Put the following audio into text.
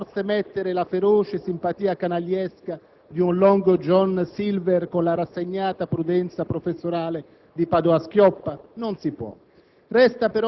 vogliamo forse mettere la feroce simpatia canagliesca di un Long John Silver con la rassegnata prudenza professorale di Padoa-Schioppa? Non si può!